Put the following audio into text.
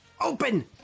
open